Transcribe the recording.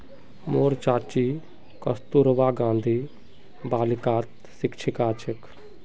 मोर चाची कस्तूरबा गांधी बालिकात शिक्षिका छेक